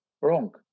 wrong